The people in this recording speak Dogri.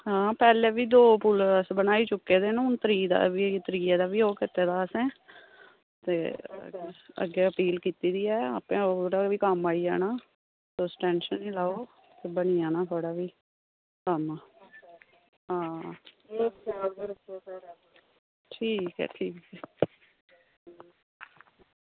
हां पैह्लें बी दो पुल अस बनाई चुके दे न हून त्रिये दा बी ओह् कीते दा असें ते अग्गें अपील कीती दी ऐ आपें ओह्दा बी कम्म आई जाना तुस टैंशन निं लैओ बनी जाना थुआढ़ा बी कम्म हां ठीक ऐ ठीक ऐ